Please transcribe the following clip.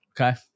Okay